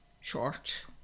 short